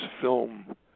film